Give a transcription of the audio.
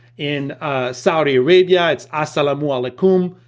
in saudi arabia it's assalamu alaikum,